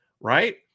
Right